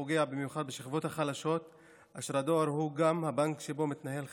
פוגעת במיוחד בשכבות החלשות אשר הדואר הוא גם הבנק שבו מתנהל חשבונם.